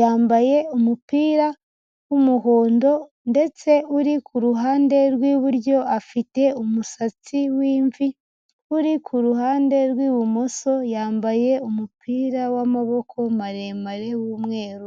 Yambaye umupira w'umuhondo, ndetse uri ku ruhande rw'iburyo afite umusatsi w'imvi, uri ku ruhande rw'ibumoso yambaye umupira w'amaboko maremare w'umweru.